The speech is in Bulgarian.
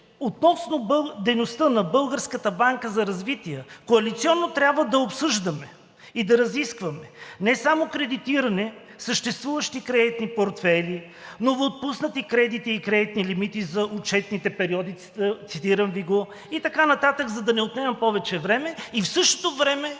„Относно дейността на Българска банка за развитие коалиционно трябва да обсъждаме и да разискваме не само кредитиране, съществуващи кредитни портфейли, новоотпуснати кредити и кредитни лимити за отчетните периоди…“ – цитирам Ви – и така нататък, за да не отнемам повече време. И в същото време